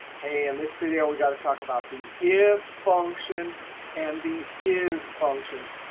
hey, in this video we've got to talk about the if function and the is functions.